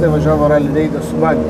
važiavo ralį reidą su bagiu